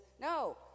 no